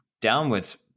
downwards